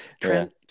Trent